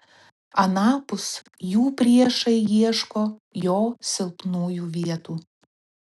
anapus jų priešai ieško jo silpnųjų vietų